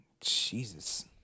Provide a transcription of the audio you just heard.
Jesus